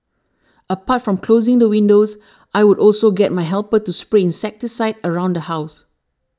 apart from closing the windows I would also get my helper to spray insecticide around the house